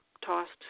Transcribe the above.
tossed